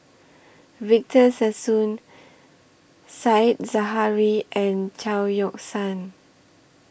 Victor Sassoon Said Zahari and Chao Yoke San